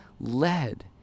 led